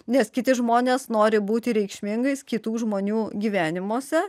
nes kiti žmonės nori būti reikšmingais kitų žmonių gyvenimuose